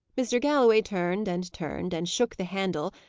mr. galloway turned, and turned, and shook the handle,